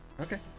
Okay